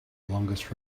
longest